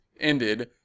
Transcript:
ended